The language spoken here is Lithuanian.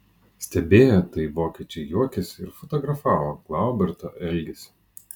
stebėję tai vokiečiai juokėsi ir fotografavo gliauberto elgesį